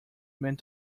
meant